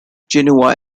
genoa